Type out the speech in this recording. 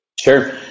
Sure